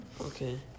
okay